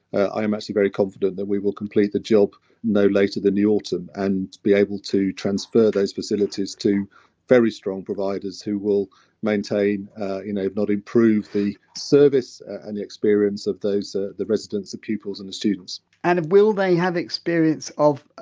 i am actually very confident that we will complete the job no later than the autumn and be able to transfer those facilities to very strong providers who will maintain you know not improve the service and the experience of those. ah the residents, the pupils and the students and will they have experience of